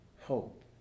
hope